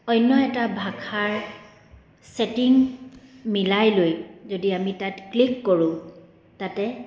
অন্য এটা ভাষাৰ ছেটিং মিলাই লৈ যদি আমি তাত ক্লিক কৰোঁ তাতে